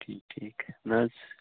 ٹھیٖک ٹھیٖک نہ حظ